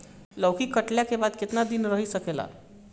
लौकी कटले के बाद केतना दिन रही सकेला?